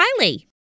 Kylie